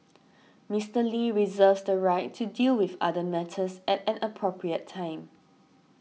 Mister Lee reserves the right to deal with other matters at an appropriate time